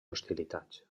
hostilitats